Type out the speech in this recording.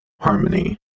harmony